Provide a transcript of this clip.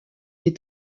les